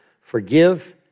forgive